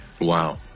Wow